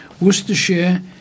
Worcestershire